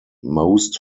most